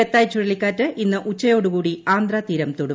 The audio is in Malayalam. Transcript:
ഫെത്തായ് ചുഴലിക്കാറ്റ് ഇന്ന് ഉച്ചയോടുകൂടി ആന്ധ്രാതീരം തൊടും